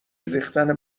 ریختن